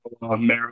Maryland